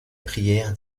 prière